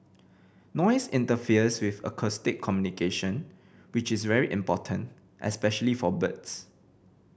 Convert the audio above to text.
noise interferes with acoustic communication which is very important especially for birds